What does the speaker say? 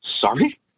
Sorry